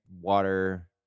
water